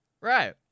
Right